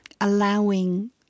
allowing